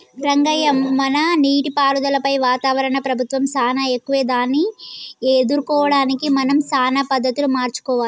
రంగయ్య మన నీటిపారుదలపై వాతావరణం ప్రభావం సానా ఎక్కువే దాన్ని ఎదుర్కోవడానికి మనం సానా పద్ధతులు మార్చుకోవాలి